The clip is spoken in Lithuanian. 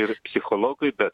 ir psichologai bet